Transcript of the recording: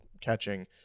catching